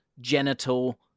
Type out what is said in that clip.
genital